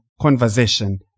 conversation